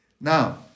Now